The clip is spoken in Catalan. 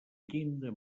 llinda